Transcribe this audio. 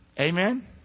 Amen